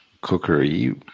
cookery